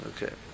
Okay